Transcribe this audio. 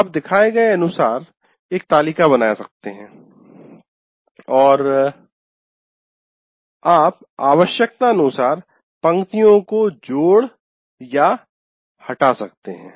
आप दिखाए गए अनुसार एक तालिका बना सकते हैं और आप आवश्यकतानुसार पंक्तियों को जोड़ या हटा सकते हैं